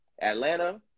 Atlanta